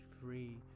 free